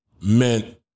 meant